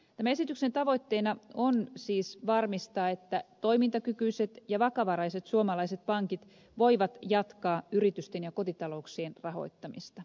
tämän esityksen tavoitteena on siis varmistaa että toimintakykyiset ja vakavaraiset suomalaiset pankit voivat jatkaa yritysten ja kotitalouksien rahoittamista